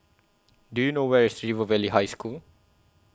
Do YOU know Where IS River Valley High School